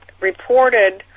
reported